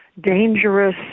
dangerous